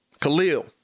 Khalil